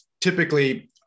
Typically